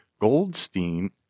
Goldstein